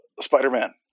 Spider-Man